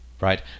right